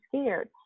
scared